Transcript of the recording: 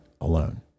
alone